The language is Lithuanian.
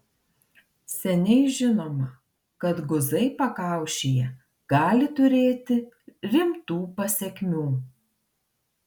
seniai žinoma kad guzai pakaušyje gali turėti rimtų pasekmių